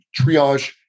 triage